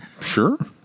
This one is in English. Sure